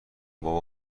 بابا